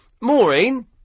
Maureen